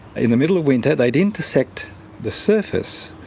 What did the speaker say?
in the middle of winter they'd intersect the surface,